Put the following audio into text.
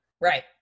Right